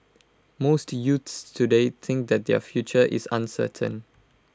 most youths today think that their future is uncertain